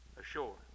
ashore